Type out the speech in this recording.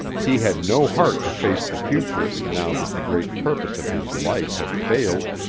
he had no heart to face the future now that the great purpose of his life had failed.